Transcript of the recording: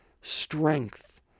strength